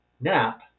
nap